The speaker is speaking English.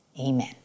Amen